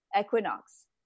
equinox